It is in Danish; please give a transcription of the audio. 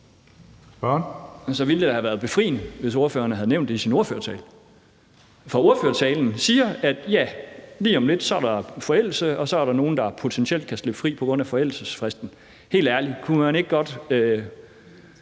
Så ville det have været befriende, hvis ordføreren havde nævnt det i sin ordførertale. For i ordførertalen siger ordføreren, at lige om lidt er der forældelse, og så er der nogen, der potentielt kan slippe fri på grund af forældelsesfristen. Helt ærligt, kunne man ikke godt